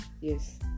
yes